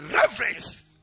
reverence